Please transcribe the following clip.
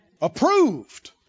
Approved